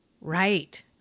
right